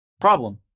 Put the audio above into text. problem